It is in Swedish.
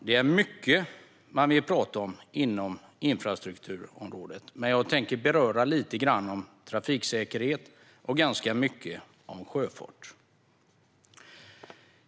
Det är mycket man vill prata om inom infrastrukturområdet. Jag tänker beröra trafiksäkerhet lite grann och sjöfart ganska mycket.